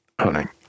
hunting